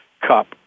Cup